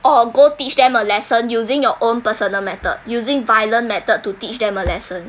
or go teach them a lesson using your own personal method using violent method to teach them a lesson